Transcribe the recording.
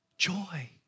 Joy